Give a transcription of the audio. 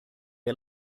are